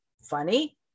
funny